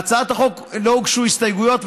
להצעת החוק לא הוגשו הסתייגויות,